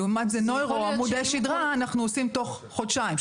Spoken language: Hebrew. לעומת זאת נוירו או עמודי שדרה אנחנו עושים תוך חודשיים,